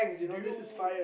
do you